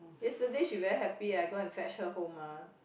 yesterday she very happy eh I go and fetch her home mah